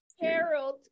Harold